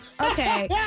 Okay